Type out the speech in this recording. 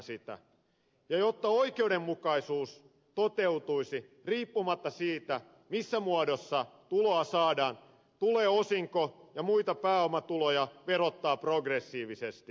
jotta oikeudenmukaisuus toteutuisi riippumatta siitä missä muodossa tuloa saadaan tulee osinko ja muita pääomatuloja verottaa progressiivisesti